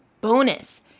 bonus